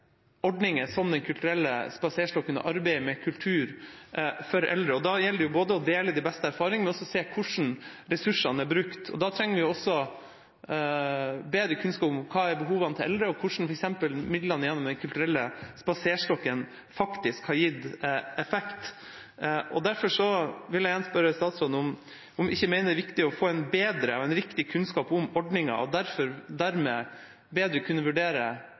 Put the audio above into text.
ordninger som Den kulturelle spaserstokken og arbeidet med kultur for eldre. Da gjelder det både å dele de beste erfaringene og å se hvordan ressursene er brukt. Da trenger vi også bedre kunnskap om behovene til de eldre og om hvordan f.eks. midlene til Den kulturelle spaserstokken faktisk har hatt effekt. Derfor vil jeg igjen spørre statsråden om hun ikke mener det er viktig å få en bedre og riktig kunnskap om ordningen, og dermed bedre kunne vurdere